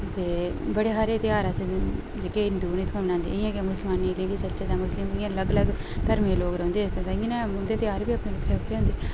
ते बड़े हारे ध्यार ऐसे न जेह्के हिंदू न इत्थै मनांदे इ'यां गै मुस्लमानें दे बी चलचै तां मुस्लिम बी अगल अलग धर्में दे लोक रौंह्दे इत्थै ते इ'यां गै उं'दे ध्यार बी अपने बक्खरे बक्खरे होंदे